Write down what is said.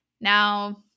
now